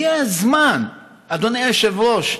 הגיע הזמן, אדוני היושב-ראש,